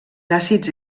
àcids